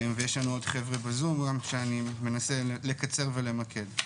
ויש לנו עוד חבר'ה בזום, לכן אני מנסה לקצר ולמקד.